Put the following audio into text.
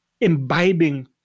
imbibing